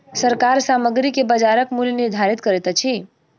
सरकार सामग्री के बजारक मूल्य निर्धारित करैत अछि